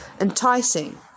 enticing